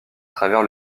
travers